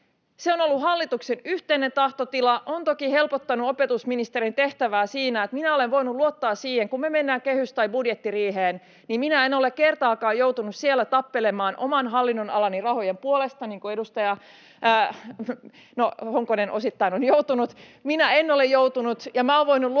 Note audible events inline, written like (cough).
Se on ollut hallituksen yhteinen tahtotila. Siinä on toki helpottanut opetusministerin tehtävää, että olen voinut luottaa siihen, että kun me mennään kehys- tai budjettiriiheen, niin en ole kertaakaan joutunut siellä tappelemaan oman hallinnonalani rahojen puolesta — niin kuin edustaja Honkonen osittain on joutunut. (laughs) Minä en ole joutunut, ja olen voinut luottaa